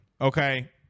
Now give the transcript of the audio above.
Okay